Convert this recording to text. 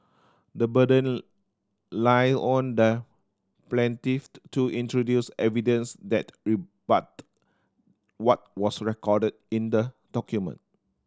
the burden lay on the plaintiff to introduce evidence that rebutted what was recorded in the document